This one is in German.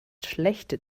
schlechte